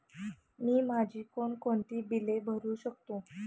मी माझी कोणकोणती बिले भरू शकतो?